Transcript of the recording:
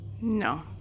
No